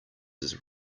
his